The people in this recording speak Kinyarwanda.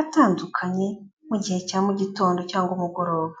atandukanye mu gihe cya mu gitondo cyangwa umugoroba.